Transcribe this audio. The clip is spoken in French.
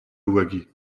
louwagie